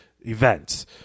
events